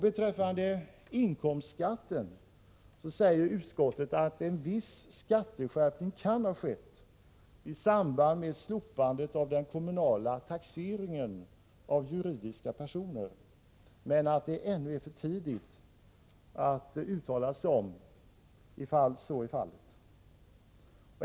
Beträffande inkomstskatten säger utskottet att en viss skatteskärpning kan ha skett i samband med slopandet av den kommunala taxeringen av juridiska personer, men att det ännu är för tidigt att uttala sig om huruvida så är fallet.